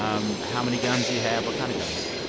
um how many guns do you have? what kind of guns?